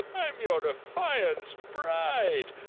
i am your affianced bride.